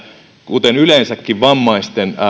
kuten yleensäkin vammaisten